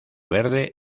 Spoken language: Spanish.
verde